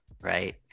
right